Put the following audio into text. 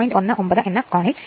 19 എന്ന കോണിൽ 7